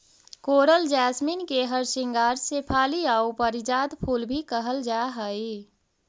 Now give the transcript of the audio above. कोरल jasmine के हरसिंगार शेफाली आउ पारिजात फूल भी कहल जा हई